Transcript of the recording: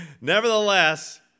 Nevertheless